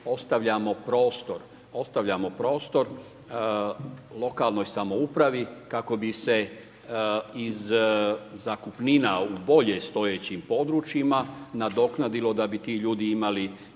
ostavljamo prostor lokalnoj samoupravi kako bi se iz zakupnine u bolje stojećim područjima nadoknadilo da bi ti ljudi imali